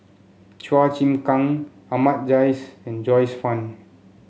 Chua Chim Kang Ahmad Jais and Joyce Fan